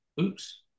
oops